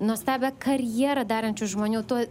nuostabią karjerą darančių žmonių tuo